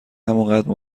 همانقدر